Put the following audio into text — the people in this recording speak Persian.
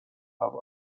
هوا